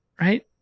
right